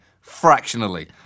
fractionally